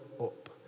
up